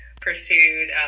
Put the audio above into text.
pursued